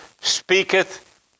speaketh